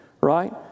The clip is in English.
right